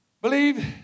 believe